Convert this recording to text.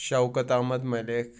Shaukat Ahmad Malik